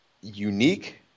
unique